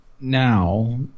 now